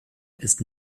ist